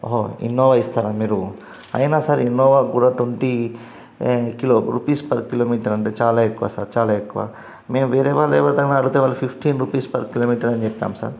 Innova ఇస్తారా మీరు అయినా సార్ ఇన్నోవాకు కూడా twenty kilo rupees per kilometre అంటే చాలా ఎక్కువ సార్ చాలా ఎక్కువ మేము వేరే వాళ్ళతో ఎవరితోనైనా అడిగితే వాళ్ళు ఫిఫ్టీన్ రూపీస్ పర్ కిలోమీటర్ అని చెప్తాండ్రు సార్